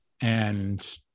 and-